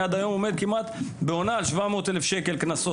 עד היום אני עומד בעונה על 700,000 שקלים קנסות.